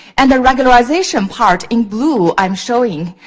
and the regularization part, in blue, i'm showing,